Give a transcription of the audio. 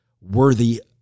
worthy